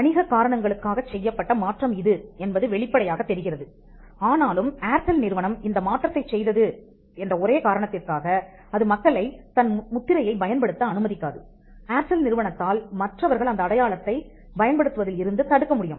வணிக காரணங்களுக்காகச் செய்யப்பட்ட மாற்றம் இது என்பது வெளிப்படையாக தெரிகிறது ஆனாலும் ஏர்டெல் நிறுவனம் இந்த மாற்றத்தை செய்தது என்ற ஒரே காரணத்திற்காக அது மக்களை தன் முத்திரையை பயன்படுத்த அனுமதிக்காது ஏர்டெல் நிறுவனத்தால் மற்றவர்கள் அதன் அடையாளத்தை பயன்படுத்துவதில் இருந்து தடுக்க முடியும்